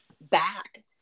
back